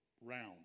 round